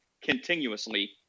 continuously